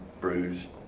bruised